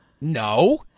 no